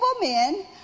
men